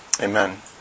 Amen